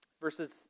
verses